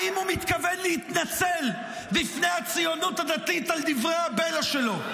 האם הוא מתכוון להתנצל בפני הציונות הדתית על דברי הבלע שלו?